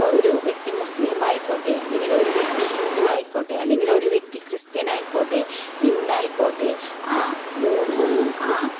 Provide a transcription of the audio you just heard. ഇപ്പം ഒരു വ്യക്തി മുസ്ലിം ആയിക്കോട്ടെ അല്ലെങ്കിൽ ഒരു വ്യക്തി ഹിന്ദു ആയിക്കോട്ടെ അല്ലെങ്കിൽ ഒരു വ്യക്തി ക്രിസ്ത്യൻ ആയിക്കോട്ടെ എന്തായിക്കോട്ടെ ആ മൂന്ന് ആ